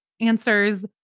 answers